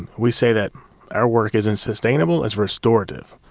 and we say that our work isn't sustainable, it's restorative.